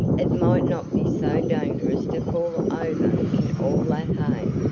it might not be so dangerous to fall over in all that hay!